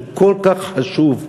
שהוא כל כך חשוב לנו,